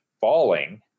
falling